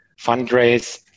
fundraise